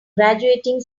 graduating